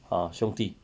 ah 兄弟